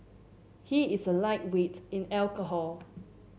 he is a lightweight in alcohol